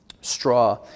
straw